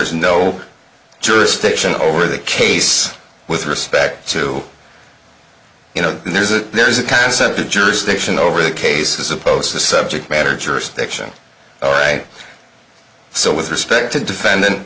is no jurisdiction over the case with respect to you know there's a there's a concept the jurisdiction over the case as opposed to subject matter jurisdiction all right so with respect to defendant